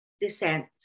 descent